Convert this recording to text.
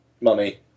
mummy